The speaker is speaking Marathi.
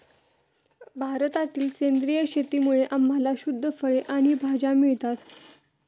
भारतातील सेंद्रिय शेतीमुळे आम्हाला शुद्ध फळे आणि भाज्या मिळतात